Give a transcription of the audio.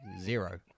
zero